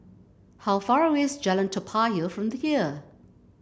how far away is Jalan Toa Payoh from here